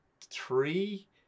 three